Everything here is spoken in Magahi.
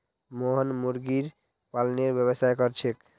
मोहन मुर्गी पालनेर व्यवसाय कर छेक